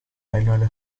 annually